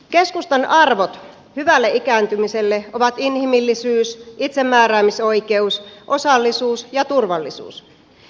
keskustan arvot hyvälle ikääntymiselle ovat inhimillisyys itsemääräämisoikeus osallisuus ja turvallisuus